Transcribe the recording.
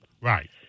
Right